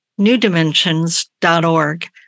newdimensions.org